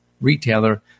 retailer